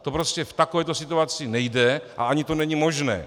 To prostě v takové to situaci nejde a ani to není možné.